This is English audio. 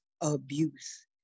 abuse